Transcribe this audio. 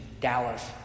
Dallas